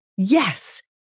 Yes